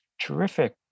terrific